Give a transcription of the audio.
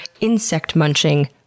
insect-munching